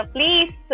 Please